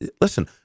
listen